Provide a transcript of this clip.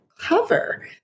cover